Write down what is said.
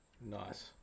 Nice